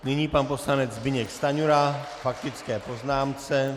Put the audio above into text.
Nyní pan poslanec Zbyněk Stanjura k faktické poznámce.